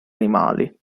animali